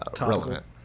relevant